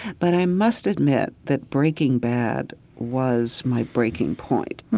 but i must admit that breaking bad was my breaking point.